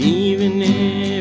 even the